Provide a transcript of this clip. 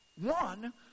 One